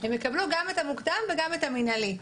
הם יקבלו גם את המוקדם וגם את המינהלי.